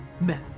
men